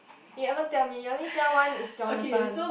you haven't tell me you only tell one is Jonathan